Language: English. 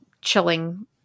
chilling